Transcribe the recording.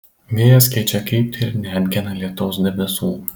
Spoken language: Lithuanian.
vėjas keičia kryptį ir neatgena lietaus debesų